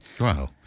Wow